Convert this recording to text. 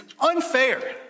unfair